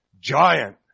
giant